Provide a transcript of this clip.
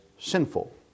sinful